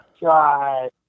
God